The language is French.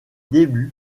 débuts